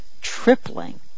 tripling